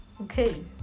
okay